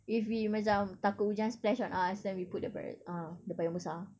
if we macam takut hujan splash on us then we put the para~ uh the payung besar